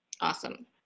Awesome